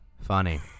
Funny